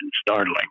startling